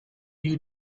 you